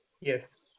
Yes